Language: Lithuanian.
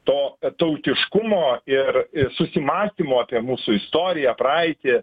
to tautiškumo ir susimąstymo apie mūsų istoriją praeitį